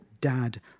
dad